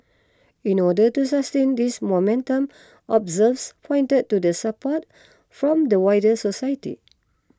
in order to sustain this momentum observers pointed to the support from the wider society